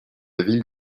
ville